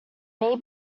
may